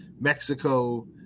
Mexico